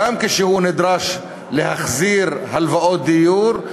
גם כשהוא נדרש להחזיר הלוואות דיור,